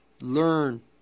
learn